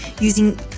using